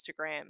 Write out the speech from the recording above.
Instagram